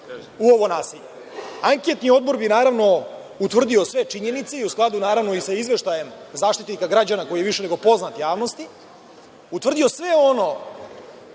u ovo nasilje. Anketni odbor bi, naravno, utvrdio sve činjenice i u skladu sa izveštajem Zaštitnika građana, koji je više nego poznat javnosti, utvrdio sve ono